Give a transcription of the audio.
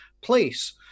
place